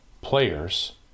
players